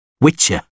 Witcher